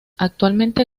actualmente